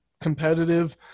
competitive